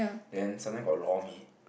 then sometimes got lor-mee